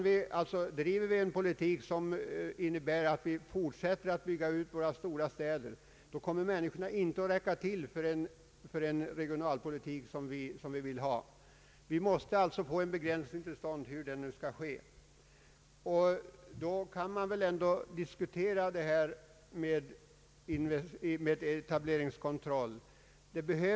Driver vi en politik som innebär att vi fortsätter att bygga ut våra stora städer, kommer människorna inte att räcka till för den regionalpolitik som vi vill föra. Vi måste alltså få en begränsning till stånd — hur det nu skall gå till — och då kan väl frågan om etableringskontroll diskuteras.